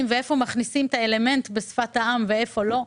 ואיפה מכניסים את האלמנט בשפת העם ואיפה לא,